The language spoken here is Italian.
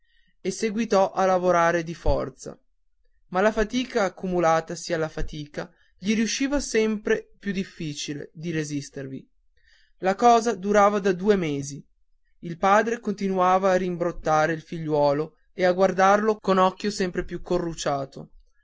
e seguitò a lavorare di forza ma la fatica accumulandosi alla fatica gli riusciva sempre più difficile di resistervi la cosa durava da due mesi il padre continuava a rimbrottare il figliuolo e a guardarlo con occhio sempre più corrucciato